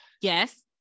Yes